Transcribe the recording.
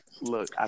Look